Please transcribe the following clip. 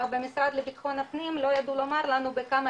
אך במשרד פנים לא ידעו לומר לנו בכמה